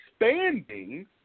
expanding